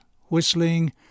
Whistling